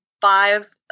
five